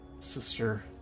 Sister